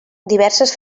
diverses